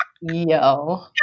Yo